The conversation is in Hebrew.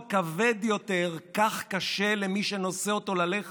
משרד שצריך לעורר מחשבה וחשיבה ביקורתית ולהנציח